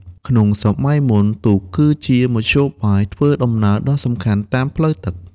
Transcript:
ក្នុងសម័យមុន ទូកគឺជាមធ្យោបាយធ្វើដំណើរដ៏សំខាន់តាមផ្លូវទឹក។